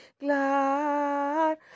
glad